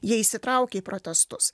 jie įsitraukia į protestus